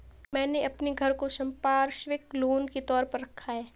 मैंने अपने घर को संपार्श्विक लोन के तौर पर रखा है